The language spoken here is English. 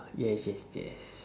yes yes yes